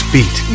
Beat